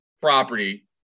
property